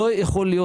לא יכול להיות,